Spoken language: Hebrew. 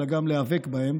אלא גם להיאבק בהן,